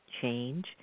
change